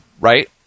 right